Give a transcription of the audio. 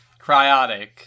Cryotic